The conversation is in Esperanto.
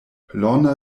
lorna